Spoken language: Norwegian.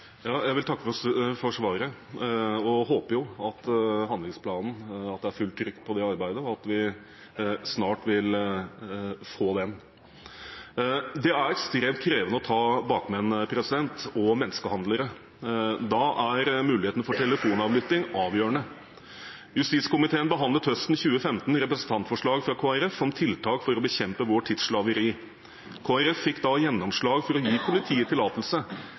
Jeg vil takke for svaret og håper at det er fullt trykk på arbeidet med handlingsplanen, og at vi snart vil få den. Det er ekstremt krevende å ta bakmenn og menneskehandlere. Da er muligheten for telefonavlytting avgjørende. Justiskomiteen behandlet høsten 2015 representantforslag fra Kristelig Folkeparti om tiltak for å bekjempe vår tids slaveri. Kristelig Folkeparti fikk da gjennomslag for å gi politiet tillatelse